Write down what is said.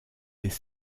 des